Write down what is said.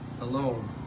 alone